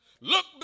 Look